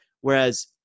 Whereas